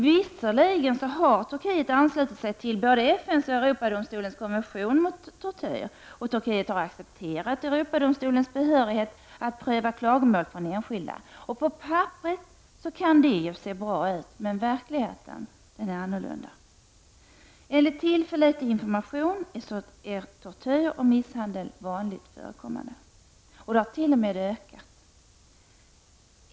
Visserligen har Turkiet anslutit sig till både FNs och Europadomstolens konvention mot tortyr, och Turkiet har accepterat Europadomstolens behörighet att pröva klagomål från enskilda. På papperet kan det se bra ut, men verkligheten är annorlunda. Enligt tillförlitlig information är tortyr och misshandel vanligt förekommande. Det har t.o.m. ökat.